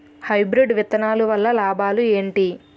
Hybrid విత్తనాలు వల్ల లాభాలు ఏంటి?